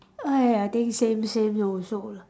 !aiya! I think same same also lah